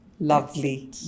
Lovely